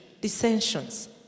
dissensions